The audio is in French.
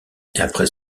après